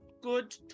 Good